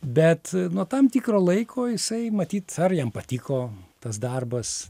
bet nuo tam tikro laiko jisai matyt ar jam patiko tas darbas